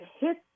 hit